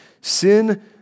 Sin